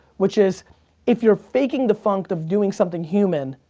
which is if you're faking the funked of doing something human,